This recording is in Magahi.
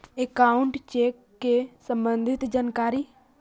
अकाउंट चेक के सम्बन्ध जानकारी?